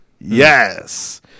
yes